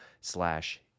slash